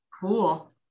Cool